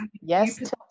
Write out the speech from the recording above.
yes